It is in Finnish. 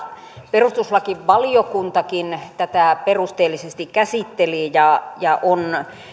perustuslakivaliokuntakin tätä perusteellisesti käsitteli ja ja on